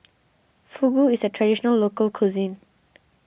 Fugu is a Traditional Local Cuisine